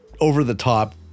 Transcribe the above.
over-the-top